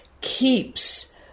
keeps